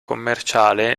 commerciale